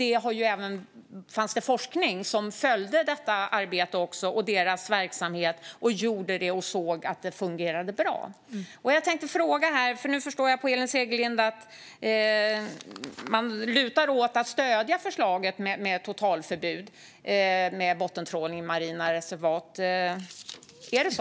Det fanns även forskning som följde detta arbete och deras verksamhet och såg att det fungerade bra. Jag förstod på Elin Segerlind att man lutar åt att stödja förslaget om totalförbud mot bottentrålning i marina reservat. Är det så?